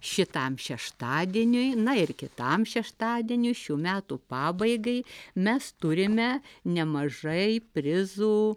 šitam šeštadieniui na ir kitam šeštadieniui šių metų pabaigai mes turime nemažai prizų